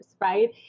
right